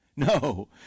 No